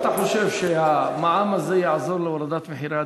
אתה חושב שהמע"מ הזה יעזור להורדת מחירי הדיור?